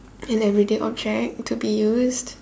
an everyday object to be used